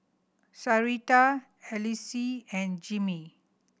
Sarita Alcee and Jimmie